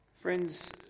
Friends